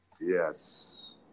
Yes